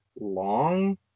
long